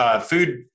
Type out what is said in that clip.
food